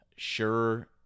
sure